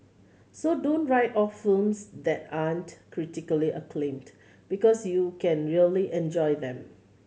so don't write off films that aren't critically acclaimed because you can really enjoy them